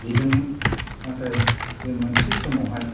बिदोंमोन नाथाय बे मोनसे समावहाय